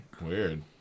Weird